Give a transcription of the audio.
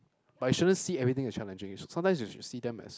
but you shouldn't see everything as challenging sometimes you should see them as